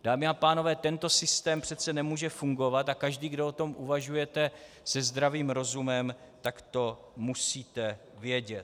Dámy a pánové, tento systém přece nemůže fungovat a každý, kdo o tom uvažujete se zdravým rozumem, to musíte vědět.